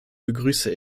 begrüße